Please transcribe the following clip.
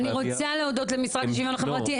אני רוצה להודות למשרד לשוויון חברתי,